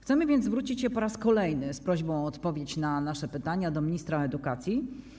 Chcemy więc zwrócić się po raz kolejny z prośbą o odpowiedź na nasze pytania do ministra edukacji.